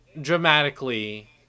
dramatically